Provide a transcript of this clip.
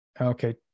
Okay